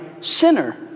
sinner